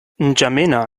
n’djamena